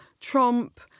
Trump